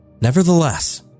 Nevertheless